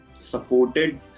supported